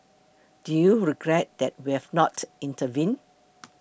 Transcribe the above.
do you regret that we have not intervened